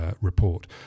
report